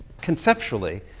conceptually